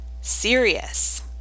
serious